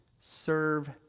Serve